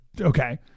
okay